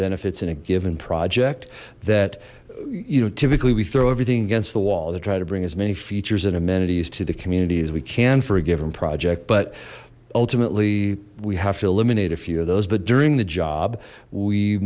benefits in a given project you know typically we throw everything against the wall they try to bring as many features and amenities to the community as we can for a given project but ultimately we have to eliminate a few of those but during the job we